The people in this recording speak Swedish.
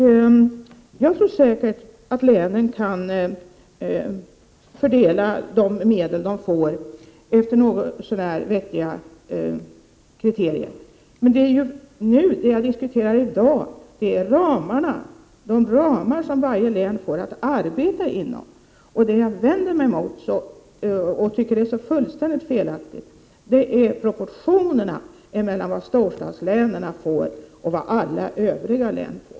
Jag tror säkert att länen enligt något så när vettiga kriterier kan fördela de medel som de får. Men vad vi diskuterar i dag är de ramar som varje län har att arbeta inom. Det som jag vänder mig mot och tycker är fullständigt felaktigt är proportionerna mellan vad storstadslänen får och vad alla övriga län får.